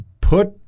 put